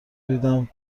دیدم